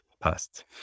past